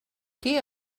què